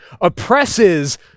oppresses